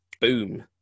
boom